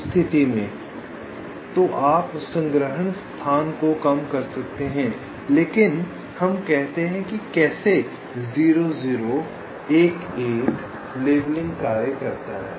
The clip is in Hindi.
उस स्थिति में तो आप संग्रहण स्थान को कम कर सकते हैं लेकिन हम कहते हैं कि कैसे 0 0 1 1 लेबलिंग कार्य करता है